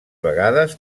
vegades